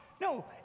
No